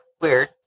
weird